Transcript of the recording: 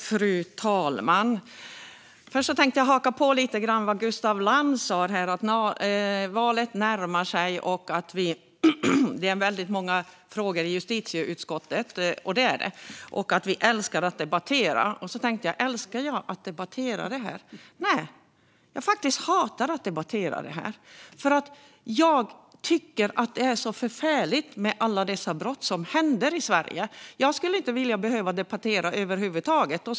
Fru talman! Jag vill haka på vad Gustaf Lantz sa om att valet närmar sig och att det är väldigt många frågor i justitieutskottet - det är det - och att vi älskar att debattera. Då tänkte jag: Älskar jag att debattera det här? Nej! Jag hatar faktiskt att debattera det här, för jag tycker att det är så förfärligt med alla dessa brott som sker i Sverige. Jag skulle vara ganska glad om jag slapp debattera det över huvud taget.